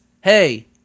Hey